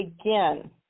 again